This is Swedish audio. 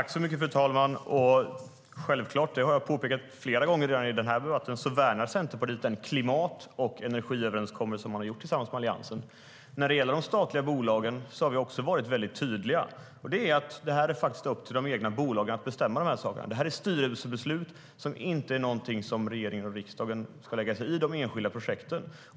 Fru talman! Självklart värnar Centerpartiet den klimat och energiöverenskommelse som man har gjort tillsammans med Alliansen. Det har jag redan framhållit flera gånger i debatten. När det gäller de statliga bolagen har vi också varit tydliga med att det är upp till bolagen att bestämma det här. Det är styrelsebeslut. Regeringen och riksdagen ska inte lägga sig i de enskilda projekten.